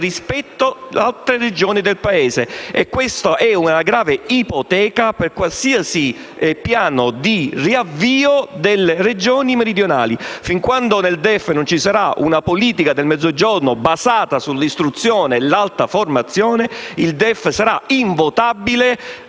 rispetto alle altre Regioni del Paese ed è una grave ipoteca per qualsiasi piano di riavvio delle Regioni meridionali. Fin quando nel DEF non ci sarà una politica per il Mezzogiorno basata sull'istruzione e l'alta formazione, il Documento non sarà votabile